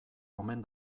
omen